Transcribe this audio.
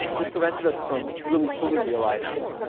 this prevented us from really fully realizing